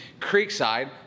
Creekside